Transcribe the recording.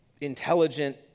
intelligent